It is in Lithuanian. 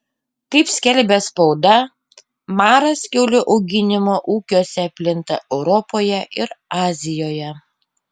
kaip skelbia spauda maras kiaulių auginimo ūkiuose plinta europoje ir azijoje